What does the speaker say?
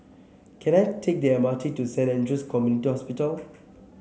can I take the M R T to Saint Andrew's Community Hospital